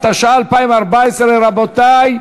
התשע"ה 2014. רבותי,